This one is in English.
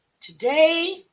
today